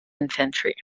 infantry